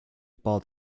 bought